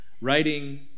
Writing